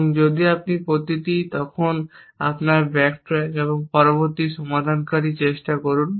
এবং যদি আপনি প্রতিটি তখন আপনার ব্যাকট্র্যাক এবং পরবর্তী সমাধানকারী চেষ্টা করুন